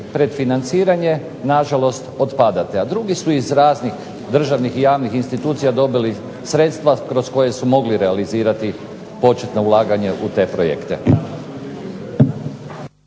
predfinanciranje, na žalost otpadate, a drugi su iz raznih državnih i javnih institucija dobili sredstva kroz koja su mogli realizirati početno ulaganje u te projekte.